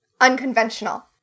unconventional